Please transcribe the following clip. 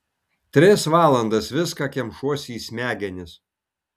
tris valandas viską kemšuosi į smegenis